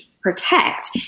Protect